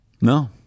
no